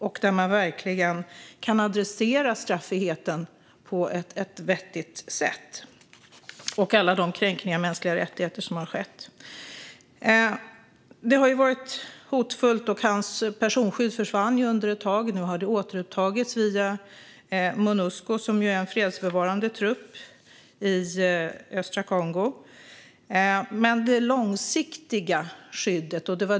Där skulle man nämligen på ett vettigt sätt kunna adressera straffriheten och alla de kränkningar av mänskliga rättigheter som har skett. Det har varit hotfullt, och doktor Mukweges personskydd försvann ett tag. Nu har det återupptagits via Monusco, som är en fredsbevarande trupp i östra Kongo.